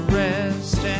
rest